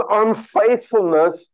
unfaithfulness